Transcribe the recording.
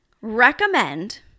recommend